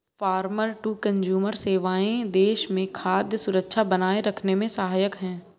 farmer to consumer सेवाएं देश में खाद्य सुरक्षा बनाए रखने में सहायक है